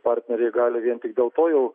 partneriais gali vien tik dėl to jau